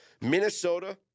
Minnesota